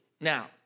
Now